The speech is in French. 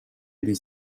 des